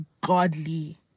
godly